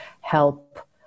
help